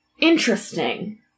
Interesting